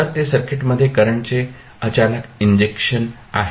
तर ते सर्किटमध्ये करंटचे अचानक इंजेक्शन आहे